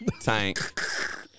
Tank